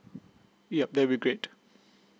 yup that will great